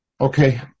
Okay